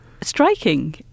striking